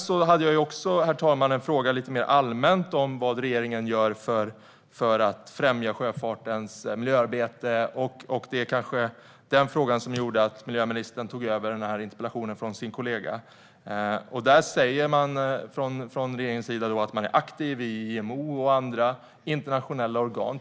Sedan hade jag också en fråga lite mer allmänt om vad regeringen gör för att främja sjöfartens miljöarbete, vilket kanske var den fråga som gjorde att miljöministern tog över den här interpellationen från sin kollega. Där säger man från regeringens sida att man är aktiv i IMO och andra internationella organ.